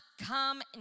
come